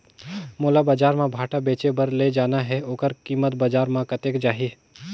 मोला बजार मां भांटा बेचे बार ले जाना हे ओकर कीमत बजार मां कतेक जाही?